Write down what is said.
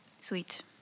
Sweet